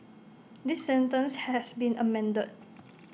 this sentence has been amended